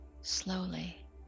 slowly